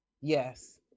yes